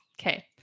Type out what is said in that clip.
okay